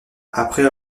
après